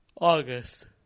August